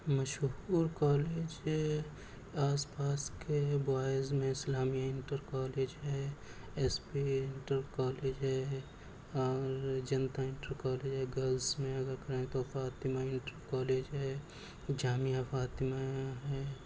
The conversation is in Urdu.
مشہور کالج آس پاس کے بوائز میں اسلامیہ انٹر کالج ہے ایس پی انٹر کالج ہے اور جنتا انٹر کالج ہے گرلس میں اگر کہیں تو فاطمہ انٹر کالج ہے جامعہ فاطمہ ہے